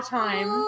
time